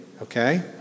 okay